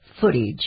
footage